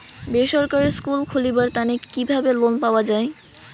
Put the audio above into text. বেসরকারি স্কুল খুলিবার তানে কিভাবে লোন পাওয়া যায়?